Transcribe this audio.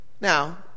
Now